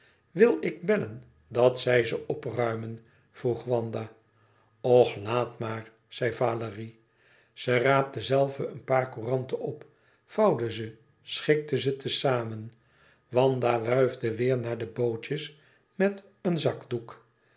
wil ik bellen dat zij ze opruimen vroeg wanda och laat maar zei valérie ze raapte zelve een paar couranten op vouwde ze schikte ze te zamen wanda wuifde weêr naar de bootjes met een zakdoek